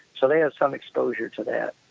so they have some exposure to that.